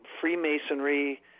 Freemasonry